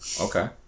okay